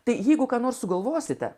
tai jeigu ką nors sugalvosite